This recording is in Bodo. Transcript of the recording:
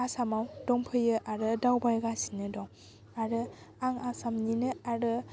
आसामाव दंफैयो आरो दावबायगासिनो दं आरो आं आसामनिनो आरो